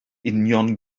union